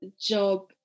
job